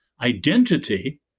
identity